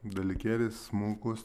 dalykėlis smulkus